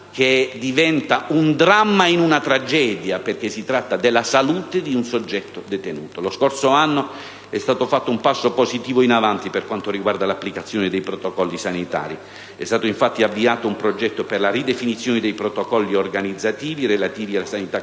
che diventa dramma nella tragedia, dato che parliamo della salute di un soggetto detenuto? Lo scorso anno è stato compiuto un positivo passo in avanti per quanto riguarda l'applicazione dei protocolli sanitari. E' stato infatti avviato un progetto per la ridefinizione dei protocolli organizzativi relativi alla sanità carceraria: